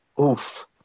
Oof